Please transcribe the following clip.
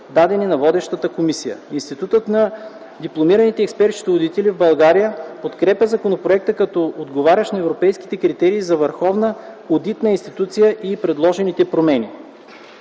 дадени на водещата комисия. Институтът на дипломираните експерт-счетоводители в България подкрепя законопроекта като отговарящ на европейските критерии за върховна одитна институция и предложените промени.